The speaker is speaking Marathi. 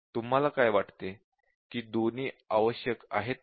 तुम्हाला काय वाटते की दोन्ही आवश्यक आहेत का